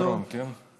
זה אחרון, כן?